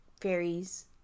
fairies